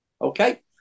Okay